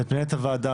ואת מנהלת הוועדה,